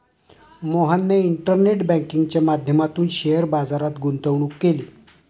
मोहनने इंटरनेट बँकिंगच्या माध्यमातून शेअर बाजारात गुंतवणूक केली